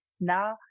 now